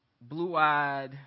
blue-eyed